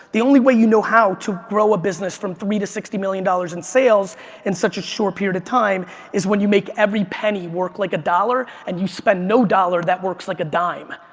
the only way you know how to grow a business from three to sixty million dollars dollars in sales in such a short period of time is when you make every penny work like a dollar and you spend no dollar that works like a dime.